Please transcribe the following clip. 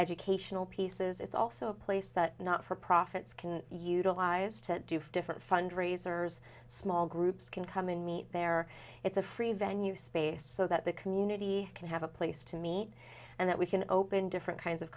educational pieces it's also a place that not for profits can utilize to do for different fundraisers small groups can come and meet there it's a free venue space so that the community can have a place to meet and that we can open different kinds of